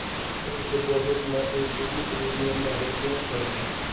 fix deposit में एकही premium भरे के पड़ेला